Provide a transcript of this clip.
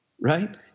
Right